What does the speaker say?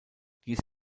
dies